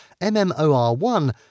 MMOR1